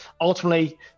ultimately